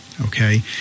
Okay